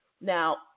Now